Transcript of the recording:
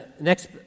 next